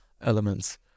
elements